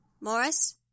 Morris